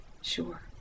Sure